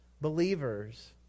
believers